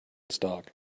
stock